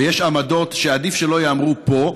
ויש עמדות שעדיף שלא ייאמרו פה,